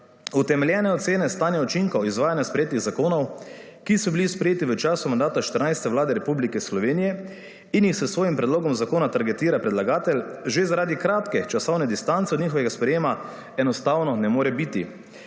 Utemeljene ocene stanja učinkov izvajanja sprejetih zakonov, ki so bili sprejeti v času mandata 14. Vlade Republike Slovenije in jih s svojim predlogom zakona targetira predlagatelj že zaradi kratke časovne distance njihovega sprejema, enostavno ne more biti.